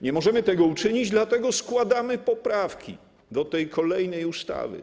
Nie możemy tego uczynić, dlatego składamy poprawki do kolejnej ustawy.